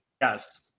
Yes